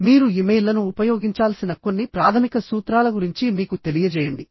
మీరు ఇమెయిల్లను ఉపయోగించాల్సిన కొన్ని ప్రాథమిక సూత్రాల గురించి మీకు తెలియజేయండి